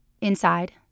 Inside